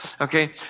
okay